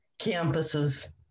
campuses